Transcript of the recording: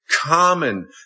common